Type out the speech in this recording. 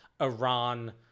Iran